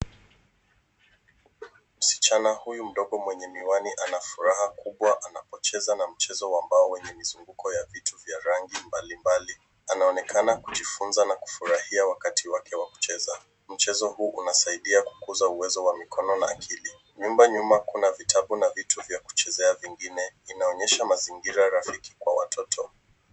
Msichana huyu mdogo mwenye miwani ana furaha kubwa anapocheza na mchezo wa mbao wenye mizunguko ya vitu vya rangi mbalimbali. Anaonekana kujifunza na kufurahia wakati wake wa kucheza. Mchezo huu unasaidia kukuza uwezo wa mikono na akili. Nyumba nyuma kuna vitabu na vitu vya kuchezea vingine vinaonyesha mazingira rafiki kwa watoto.